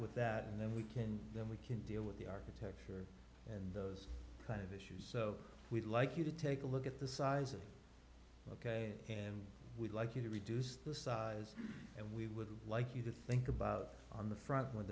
with that and then we can then we can deal with the architecture and those kind of issues so we'd like you to take a look at the size of ok and we'd like you to reduce the size and we would like you to think about on the front